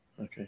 Okay